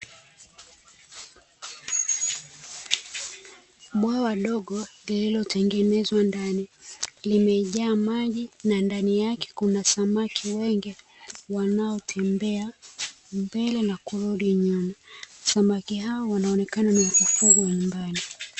Bwawa dogo lililotengenezwa ndani, limejaa maji na ndani yake kuna samaki wengi wanaotembea mbele na kurudi nyuma. Samaki hao wanaonekana ni wa kufugwa nyumbani.